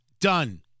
done